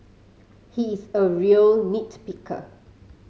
he is a real nit picker